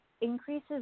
increases